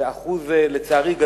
ולצערי,